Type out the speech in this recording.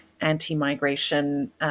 anti-migration